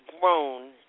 grown